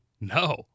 No